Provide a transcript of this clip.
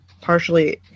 partially